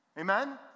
Amen